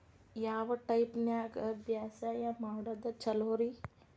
ಯಾವ ಟೈಪ್ ನ್ಯಾಗ ಬ್ಯಾಸಾಯಾ ಮಾಡೊದ್ ಛಲೋರಿ?